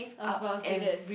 I was about to say that